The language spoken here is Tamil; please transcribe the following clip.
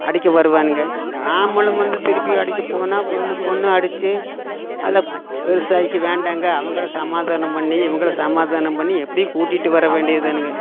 அடிக்க வருவானுங்க நாமளும் வந்து திருப்பி அடிக்க போனால் ஒன்னுக்கொன்னு அடிச்சு அதில் பெருசாயிக்கும் வேண்டாங்க அவங்கள சமாதானம் பண்ணி இவங்கள சமாதானம் பண்ணி எப்படியும் கூட்டிட்டு வர வேண்டியதுதானுங்க